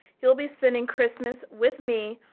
he'll be spending christmas with me,